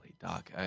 Doc –